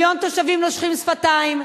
מיליון תושבים נושכים שפתיים,